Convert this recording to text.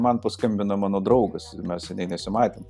man paskambina mano draugas mes seniai nesimatėm